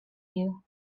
you